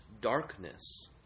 darkness